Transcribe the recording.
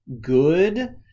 good